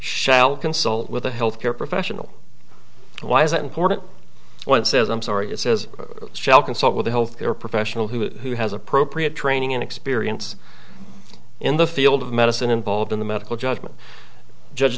shall consult with a health care professional why is that important when it says i'm sorry it says shall consult with a health care professional who has appropriate training and experience in the field of medicine involved in the medical judgment judge